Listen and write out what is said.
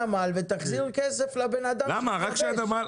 אז תקנוס את הנמל ותחזיר כסף לבן אדם שהתייבש.